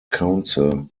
council